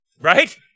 Right